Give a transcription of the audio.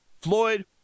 floyd